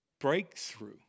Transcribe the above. breakthrough